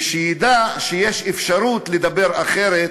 ושידע שיש אפשרות לדבר אחרת,